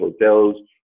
hotels